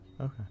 okay